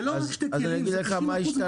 זה לא רק שני כלים, זה 50% מהתחום.